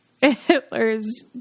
Hitler's